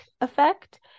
effect